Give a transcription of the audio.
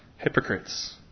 Hypocrites